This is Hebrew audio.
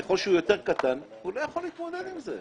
ככל שהוא יותר קטן, הוא לא יכול להתמודד עם זה.